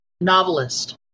novelist